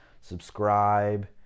subscribe